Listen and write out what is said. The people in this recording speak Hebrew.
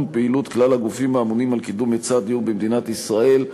פעילות כלל הגופים האמונים על קידום היצע הדיור במדינת ישראל,